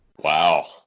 Wow